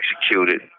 executed